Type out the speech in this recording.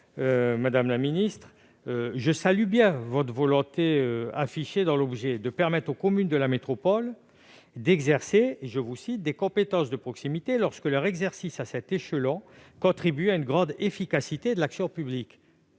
Madame la ministre, je salue votre volonté, annoncée dans l'objet de votre amendement, de permettre aux communes de la métropole d'exercer des compétences de proximité « lorsque leur exercice à cet échelon contribue à une grande efficacité de l'action publique